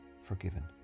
forgiven